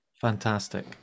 Fantastic